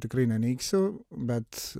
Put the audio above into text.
tikrai neneigsiu bet